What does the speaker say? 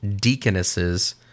deaconesses